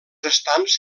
estams